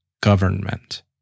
government